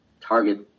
target